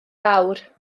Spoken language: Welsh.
fawr